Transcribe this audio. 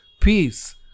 Peace